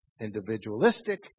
individualistic